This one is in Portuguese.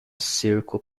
cerco